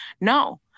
No